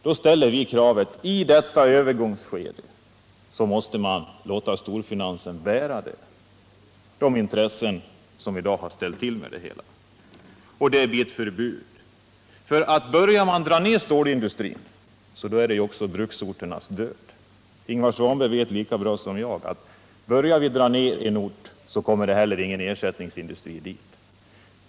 Då ställer vi kravet: i detta övergångsskede måste man låta storfinansen bära det hela, de intressen som ställt till med svårigheterna. Det blir ett förbud. Börjar man dra ned stålindustrin, blir detta bruksorternas död. Ingvar Svanberg vet lika bra som jag att om vi börjar dra ned i en ort, kommer ingen ersättningsindustri dit.